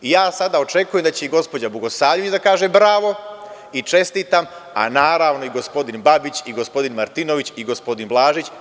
Ja sada očekujem da će i gospođa Bogosavljević da kaže bravo i čestitam, a naravno i gospodin Babić i gospodin Martinović i gospodin Blažić.